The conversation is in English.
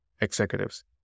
executives